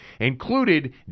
included